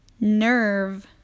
nerve